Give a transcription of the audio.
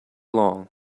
long